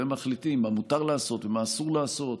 והם מחליטים מה מותר לעשות ומה אסור לעשות,